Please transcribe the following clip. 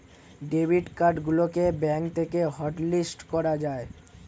debit card গুলোকে bank থেকে হটলিস্ট করা যায়